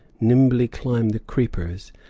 nimbly climb the creepers,